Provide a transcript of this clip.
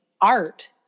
art